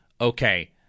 okay